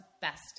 best